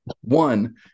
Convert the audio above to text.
One